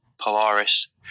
Polaris